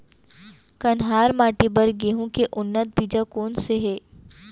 कन्हार माटी बर गेहूँ के उन्नत बीजा कोन से हे?